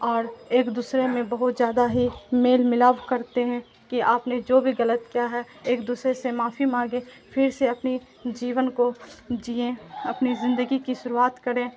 اور ایک دوسرے میں بہت زیادہ ہی میل ملاؤ کرتے ہیں کہ آپ نے جو بھی غلط کیا ہے ایک دوسرے سے معافی مانگے پھر سے اپنی جیون کو جیں اپنی زندگی کی شروعات کریں